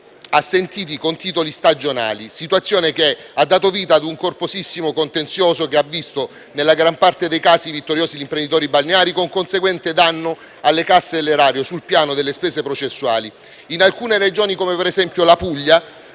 assentiti con titoli stagionali. Tale situazione ha dato vita a un corposissimo contenzioso che ha visto nella gran parte dei casi vittoriosi gli imprenditori balneari, con conseguente danno alle casse dell'erario sul piano delle spese processuali. In alcune Regioni (come, per esempio, la Puglia)